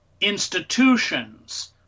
institutions